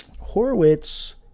Horowitz